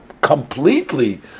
completely